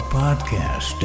podcast